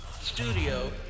Studio